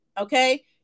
Okay